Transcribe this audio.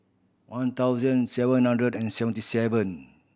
one thousand seven hundred and seventy seven